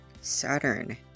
Saturn